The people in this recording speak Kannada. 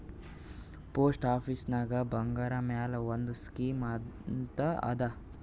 ಪೋಸ್ಟ್ ಆಫೀಸ್ನಾಗ್ ಬಂಗಾರ್ ಮ್ಯಾಲ ಒಂದ್ ಸ್ಕೀಮ್ ಅಂತ್ ಅದಾ